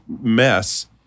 mess